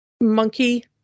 monkey